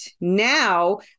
Now